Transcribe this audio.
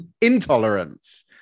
intolerance